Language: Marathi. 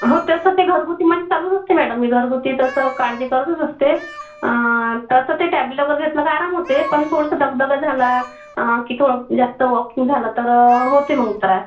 हो तसं ते घरगुती माझं चालूच असते मॅडम मी घरगुती तसं काळजी करतच असते तसं ते टॅब्लट वगैरे घेतलं का आराम होते पण थोडसं दगदग झाला की थोडं जास्त वॉकिंग झालं तर होते मग त्रास